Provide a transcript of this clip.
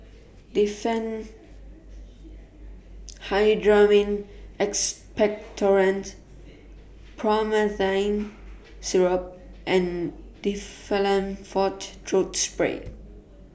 Diphenhydramine Expectorant Promethazine Syrup and Difflam Forte Throat Spray